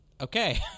Okay